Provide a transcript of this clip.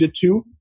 two